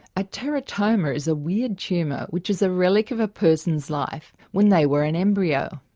a teratoma is a weird tumour which is a relic of a person's life when they were an embryo.